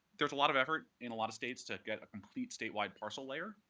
there's a lot of effort in a lot of states to get a complete statewide parcel layer,